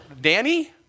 Danny